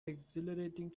exhilarating